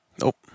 Nope